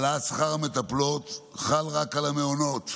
לדוגמה, העלאת שכר המטפלות חל רק על המעונות.